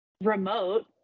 remote